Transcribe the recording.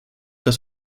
das